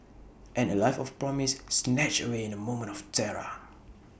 and A life of promise snatched away in A moment of terror